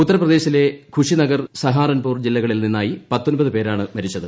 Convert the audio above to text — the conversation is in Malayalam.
ഉത്തർപ്രദേശിലെ ഖുഷിനഗർ സഹാറൺപൂർ ജില്ലകളിൽ നിന്നായി പേരാണ് മരിച്ചത്